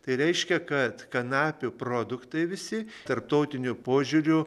tai reiškia kad kanapių produktai visi tarptautiniu požiūriu